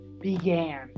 began